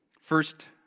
first